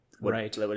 Right